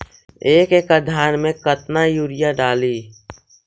एक एकड़ धान मे कतना यूरिया डाली?